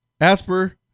Asper